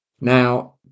Now